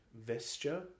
Vesture